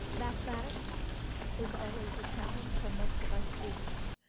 mathematics is always a challenge for most of my students,